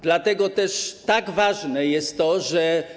Dlatego też tak ważne jest to, że.